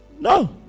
No